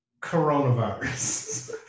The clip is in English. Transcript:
Coronavirus